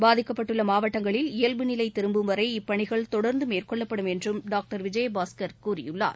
பாதிக்கப்பட்டுள்ளமாவட்டங்களில் இயல்பு நிலைதிரும்பும் இப்பணிகள் வரை தொடர்ந்தமேற்கொள்ளப்படும் என்றும் டாக்டர் விஜயபாஸ்கர் கூறியுள்ளார்